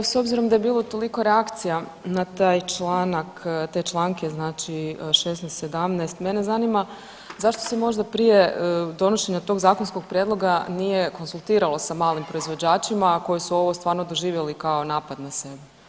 Pa evo s obzirom da je bilo toliko reakcija na taj članak, te članke znači 16., 17., mene zanima zašto se možda prije donošenja tog zakonskog prijedloga nije konzultiralo sa malim proizvođačima koji su ovo stvarno doživjeli kao napad na sebe?